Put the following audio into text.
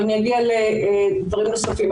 ואני אגיע לדברים נוספים.